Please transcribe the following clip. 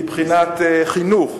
מבחינת חינוך,